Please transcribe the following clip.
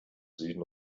süden